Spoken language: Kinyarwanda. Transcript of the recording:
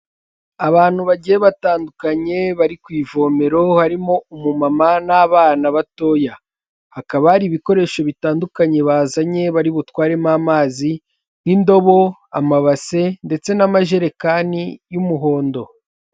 Abantu bagiye batandukanye bari ku ivomero harimo umumama n'abana batoya hakaba hari ibikoresho bitandukanye bazanye bari butwaremo amazi nk'indobo, amabase ndetse n'amajerekani y'umuhondo.